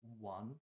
one